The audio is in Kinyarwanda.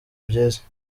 byiza